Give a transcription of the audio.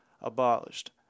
abolished